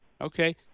Okay